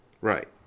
Right